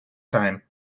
time